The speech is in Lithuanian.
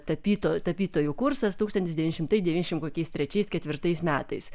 tapytojų tapytojų kursas tūkstantis devyni šimtai devyniasdešimt kokiais trečiais ketvirtais metais